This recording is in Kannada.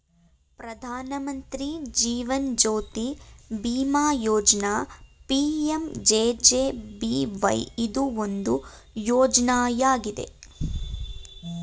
ಪ್ರಧಾನ ಮಂತ್ರಿ ಜೀವನ್ ಜ್ಯೋತಿ ಬಿಮಾ ಯೋಜ್ನ ಪಿ.ಎಂ.ಜೆ.ಜೆ.ಬಿ.ವೈ ಇದು ಒಂದು ಯೋಜ್ನಯಾಗಿದೆ